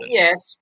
yes